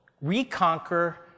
reconquer